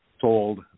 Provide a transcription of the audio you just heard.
sold